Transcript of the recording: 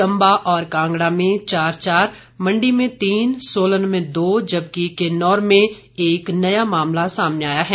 चंबा और कांगड़ा में चार चार मंडी में तीन सोलन में दो जबकि किन्नौर में एक नया मामला सामने आया है